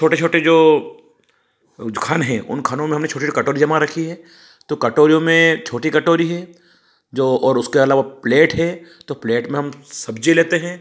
छोटे छोटे जो वो जो खन है उन खनों में हमने छोटे छोटे कटोरी जमा रखी है तो कटोरियों में छोटी कटोरी है जो और उसके अलावा प्लेट है तो प्लेट में हम सब्ज़ी लेते हैं